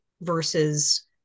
versus